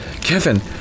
Kevin